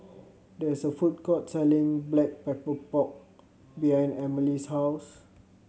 there is a food court selling Black Pepper Pork behind Emelie's house